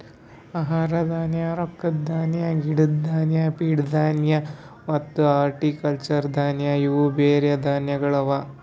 ಆಹಾರ ಧಾನ್ಯ, ರೊಕ್ಕದ ಧಾನ್ಯ, ಗಿಡದ್ ಧಾನ್ಯ, ಫೀಡ್ ಧಾನ್ಯ ಮತ್ತ ಹಾರ್ಟಿಕಲ್ಚರ್ ಧಾನ್ಯ ಇವು ಬ್ಯಾರೆ ಧಾನ್ಯಗೊಳ್ ಅವಾ